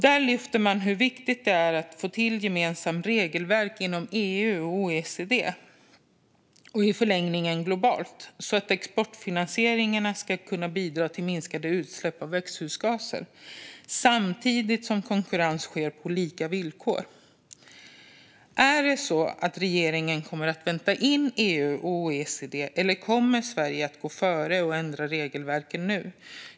Där lyfter man hur viktigt det är att få till ett gemensamt regelverk inom EU och OECD, och i förlängningen globalt, så att exportfinansieringarna ska kunna bidra till minskade utsläpp av växthusgaser samtidigt som konkurrens sker på lika villkor. Kommer regeringen att vänta in EU och OECD, eller kommer Sverige att går före och ändra regelverken nu?